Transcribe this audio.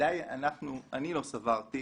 בוודאי אני לא סברתי